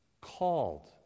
Called